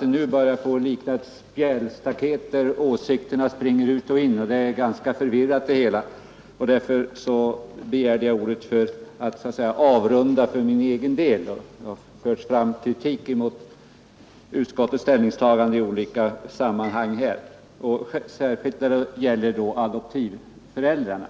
den nu börjar likna ett spjälstaket där åsikterna springer ut och in, och det hela är ganska förvirrat. Därför begärde jag ordet för att så att säga avrunda för min egen del. Det har framförts kritik mot utskottets ställningstaganden i olika sammanhang, särskilt när det gäller adoptivföräldrarna.